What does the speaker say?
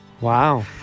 Wow